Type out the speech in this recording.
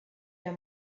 der